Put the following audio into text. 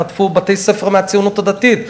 חטפו בתי-ספר מהציונות הדתית,